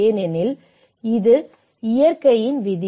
ஏனெனில் அது இயற்கையின் விதி